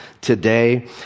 today